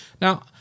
Now